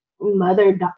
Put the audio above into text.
mother